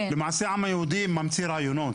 למעשה העם היהודי ממציא רעיונות.